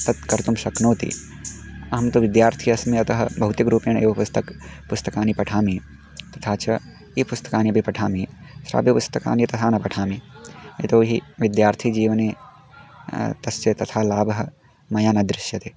तत् कर्तुं शक्नोति अहं तु विद्यार्थी अस्मि अतः भौतिक्रूपेण एव पुस्तकानि पुस्तकानि पठामि तथा च ई पुस्तकानि अपि पठामि श्राव्यपुस्तकानि यतः न पठामि यतो हि विद्यार्थीजीवने तस्य तथा लाभः मया न दृश्यते